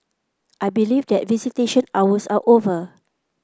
I believe that visitation hours are over